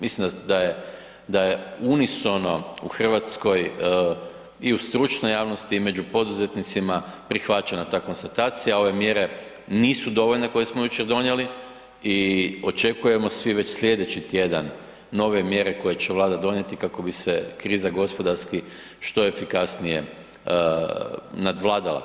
Mislim da je unisono u Hrvatskoj i u stručnoj javnosti i među poduzetnicima prihvaćena ta konstatacija, a ove mjere nisu dovoljne koje smo jučer donijeli i očekujemo svi već slijedeći tjedan nove mjere koje će Vlada donijeti kako bi se kriza gospodarski što efikasnije nadvladala.